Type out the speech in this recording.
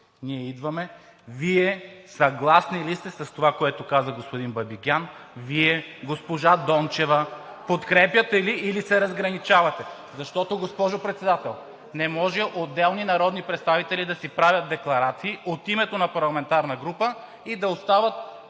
Ние идваме!“: Вие съгласни ли сте с това, което каза господин Бабикян? Вие, госпожа Дончева, подкрепяте ли, или се разграничавате? Защото, госпожо Председател, не може отделни народни представители да си правят декларации от името на парламентарна група и да остават